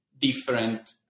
different